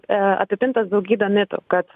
apipintas daugybe mitų kad